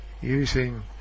using